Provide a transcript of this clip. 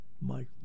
Mike